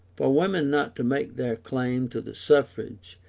for women not to make their claim to the suffrage,